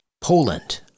Poland